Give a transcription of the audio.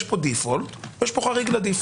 יש פה דיפולט ויש פה חריג לדיפולט.